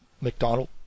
McDonald